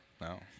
no